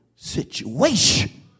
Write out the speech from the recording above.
Situation